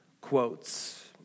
quotes